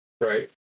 Right